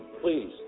Please